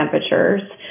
temperatures